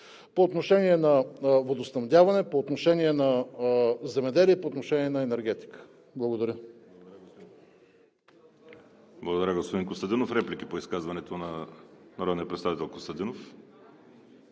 по отношение на водоснабдяване, по отношение на земеделие и по отношение на енергетика. Благодаря. ПРЕДСЕДАТЕЛ ВАЛЕРИ СИМЕОНОВ: Благодаря, господин Костадинов. Реплики по изказването на народния представител Костадинов?